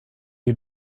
you